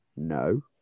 No